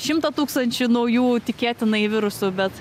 šimtą tūkstančių naujų tikėtinai virusų bet